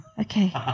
Okay